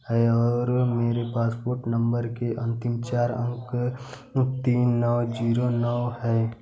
है और मेरे पासपोर्ट नंबर के अंतिम चार अंक तीन नौ जीरो नौ है